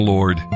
Lord